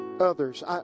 Others